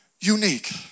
unique